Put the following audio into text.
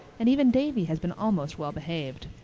and even davy has been almost well-behaved.